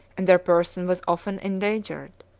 and their person was often endangered.